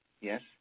Yes